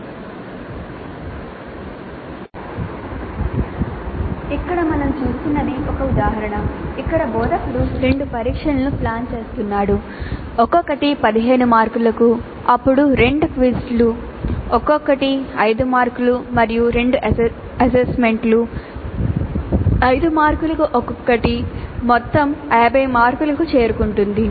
CIE లో మొదటి దశ అందుబాటులో ఉన్న మార్గదర్శకాల ఆధారంగా బోధకుడు ఉపయోగించాల్సిన అసెస్మెంట్ సాధనాల వివరాలను మరియు CIE కోసం ఈ సాధనాలను వివరాలు మరియు వాటి కోసం కేటాయించిన మార్కులు మరియు నిర్దిష్ట పరికరం నిర్వహించబడుతున్నప్పుడు షెడ్యూల్ సందర్భాల్లో మనం మొదట్లోనే ఖరారు చేయాలి ఇక్కడ మనం చూస్తున్నది ఒక ఉదాహరణ ఇక్కడ బోధకుడు 2 పరీక్షలను ప్లాన్ చేస్తున్నాడు ఒక్కొక్కటి 15 మార్కులకు అప్పుడు 2 క్విజ్లు ఒక్కొక్కటి 5 మార్కులు మరియు 2 అసైన్మెంట్లు 5 మార్కులకు ఒక్కొక్కటి మొత్తం 50 మార్కులకు చేరుకుంటుంది